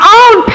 own